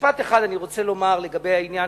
משפט אחד אני רוצה לומר לגבי העניין,